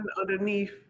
underneath